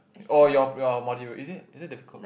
or your your module is it is it difficult